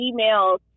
emails